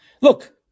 Look